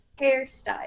hairstyle